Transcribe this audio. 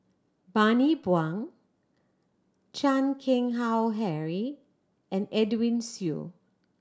Bani Buang Chan Keng Howe Harry and Edwin Siew